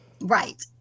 Right